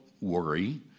worry